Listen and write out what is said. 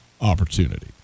opportunity